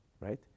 right